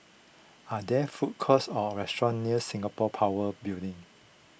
are there food courts or restaurants near Singapore Power Building